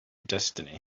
destiny